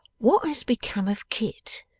what has become of kit